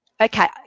okay